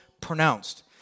pronounced